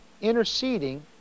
interceding